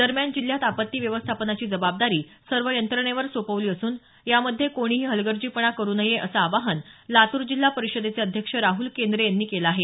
दरम्यान जिल्ह्यात आपत्ती व्यवस्थापनाची जबाबदारी सर्व यंत्रणेवर सोपवली असून यामध्ये कोणही हलगर्जीपणा करू नये असं आवाहन लातूर जिल्हा परिषद अध्यक्ष राहल केंद्रे यांनी केलं आहे